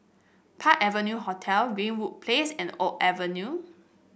Park Avenue Hotel Greenwood Place and Oak Avenue